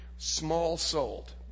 Small-souled